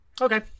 Okay